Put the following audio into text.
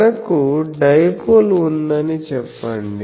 మనకు డైపోల్ ఉందని చెప్పండి